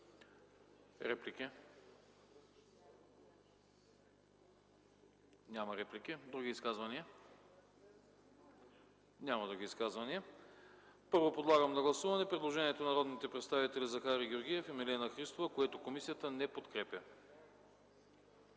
Реплики? Няма. Други изказвания? Няма. Първо подлагам на гласуване предложението на народните представители Захари Георгиев и Милена Христова, което комисията не подкрепя.